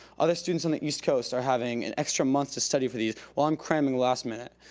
other students on the east coast are having an extra month to study for these, while i'm cramming last minute.